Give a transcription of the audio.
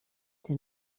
der